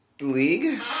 League